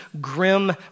grim